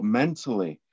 mentally